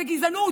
זה גזענות.